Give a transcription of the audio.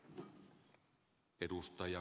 arvoisa puhemies